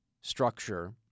structure